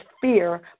fear